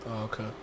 okay